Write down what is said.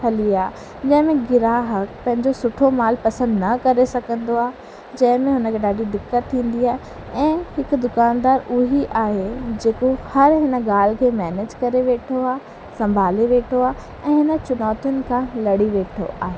हली आहे जंहिं में ग्राहक पंहिंजो सुठो माल पसंद न करे सघंदो आहे जंहिं में हुनखे ॾाढी दिक़त थींदी आहे ऐं हिकु दुकानदार उहा ई आहे जेको हर हिन ॻाल्हि खे मैनेज करे वेठो आहे सम्भाले वेठो आहे ऐं हिन चुनौतियुनि खां लड़ी वेठो आहे